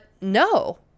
no